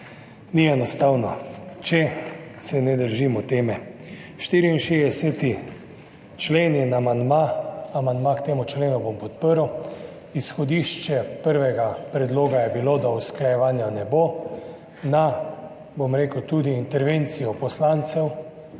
ni enostavno, če se ne držimo teme. 64. člen in amandma k temu členu bom podprl. Izhodišče prvega predloga je bilo, da usklajevanja ne bo. Na, bom rekel, tudi intervencijo poslancev